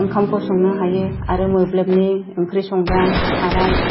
ओंखामखौ संनो हायो आरो मोब्लिबनि ओंख्रि संग्रा साराइ